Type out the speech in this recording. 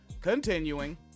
continuing